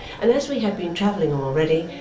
and as we had been travelling already,